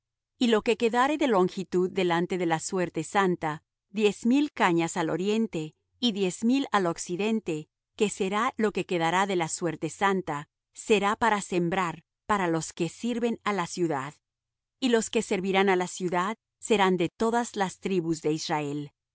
y lo que quedare de longitud delante de la suerte santa diez mil cañas al oriente y diez mil al occidente que será lo que quedará de la suerte santa será para sembrar para los que sirven á la ciudad y los que servirán á la ciudad serán de todas las tribus de israel